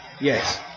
Yes